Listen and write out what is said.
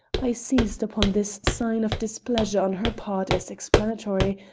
i seized upon this sign of displeasure on her part as explanatory,